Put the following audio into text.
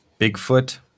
Bigfoot